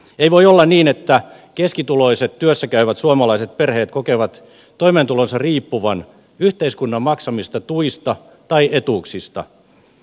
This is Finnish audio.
ei voi olla niin että keskituloiset työssäkäyvät suomalaiset perheet kokevat toimeentulonsa riippuvan yhteiskunnan maksamista tuista tai etuuksista